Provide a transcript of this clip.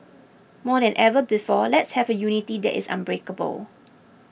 more than ever before let's have a unity that is unbreakable